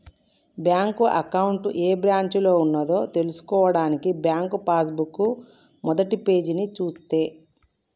bank account ఏ బ్రాంచిలో ఉన్నదో తెల్సుకోవడానికి బ్యాంకు పాస్ బుక్ మొదటిపేజీని చూస్తే